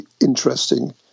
interesting